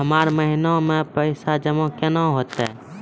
हमरा महिना मे जमा केना हेतै?